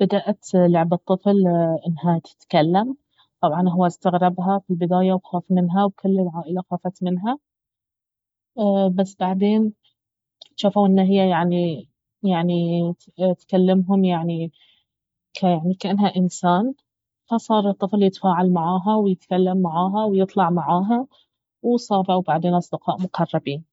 بدأت لعبة طفل انها تتكلم طبعا اهو استغربها في البدابة وخاف منها وكل العائلة خافت منها بس بعدين جافوا ان هي يعني يعني تكلمهم يعني كيعني كانها انسان فصار الطفل يتفاعل معاها ويتكلم معاها ويطلع معاها وصاروا بعدين أصدقاء مقربين